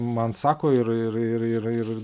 man sako ir ir ir ir ir